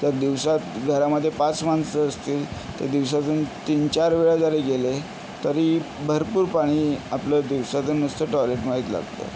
तर दिवसात घरामध्ये पाच माणसं असतील तर दिवसातून तीनचार वेळा जरी गेले तरी भरपूर पाणी आपलं दिवसातून नुसतं टॉयलेटमाएत लागतं